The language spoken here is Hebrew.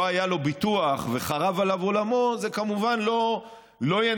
היה לו ביטוח וחרב עליו עולמו זה כמובן לא ינחם.